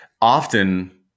Often